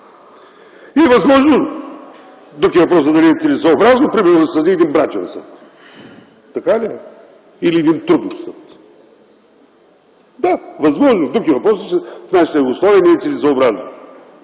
е възможно, друг е въпросът дали е целесъобразно, примерно, да се създаде един брачен съд. Така ли е? Или един трудов съд? Да, възможно е. Друг е въпросът, че в нашите условия не е целесъобразно.